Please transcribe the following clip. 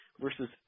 versus